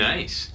Nice